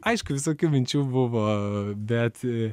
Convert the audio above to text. aišku visokių minčių buvo bet